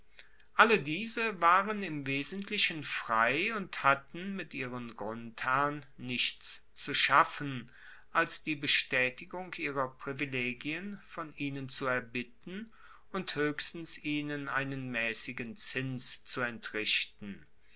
alle diese waren im wesentlichen frei und hatten mit ihren grundherren nichts zu schaffen als die bestaetigung ihrer privilegien von ihnen zu erbitten und hoechstens ihnen einen maessigen zins zu entrichten